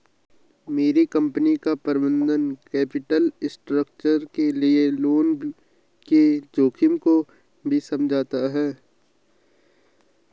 मेरी कंपनी का प्रबंधन कैपिटल स्ट्रक्चर के लिए लोन के जोखिम को भी समझता है